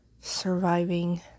Surviving